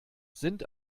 sind